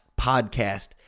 podcast